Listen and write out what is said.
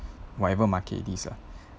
whatever market it is lah